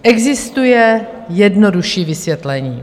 Existuje jednodušší vysvětlení.